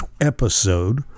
episode